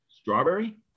Strawberry